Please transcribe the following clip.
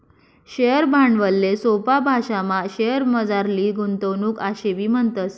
share भांडवलले सोपा भाशामा शेअरमझारली गुंतवणूक आशेबी म्हणतस